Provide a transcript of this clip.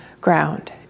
ground